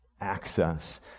access